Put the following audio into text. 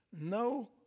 no